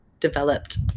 developed